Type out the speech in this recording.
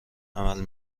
عمل